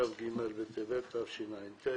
כ"ג בטבת התשע"ט,